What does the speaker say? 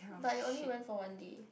but you only went for one day